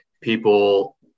people